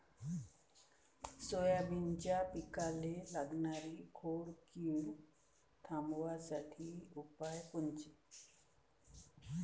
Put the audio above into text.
सोयाबीनच्या पिकाले लागनारी खोड किड थांबवासाठी उपाय कोनचे?